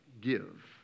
give